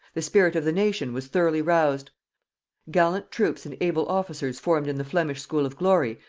the spirit of the nation was thoroughly roused gallant troops and able officers formed in the flemish school of glory,